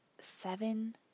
seven